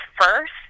First